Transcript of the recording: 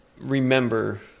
remember